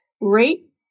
rate